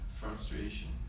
frustration